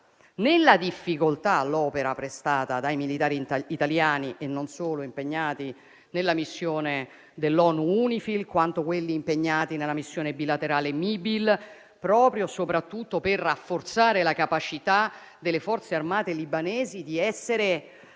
nella difficoltà, l'opera prestata dai militari italiani e non solo impegnati nella missione UNIFIL e da quelli impegnati nella missione bilaterale Mibil, soprattutto per rafforzare la capacità delle Forze armate libanesi di garantire